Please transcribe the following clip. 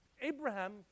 Abraham